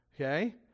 Okay